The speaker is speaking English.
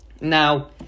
now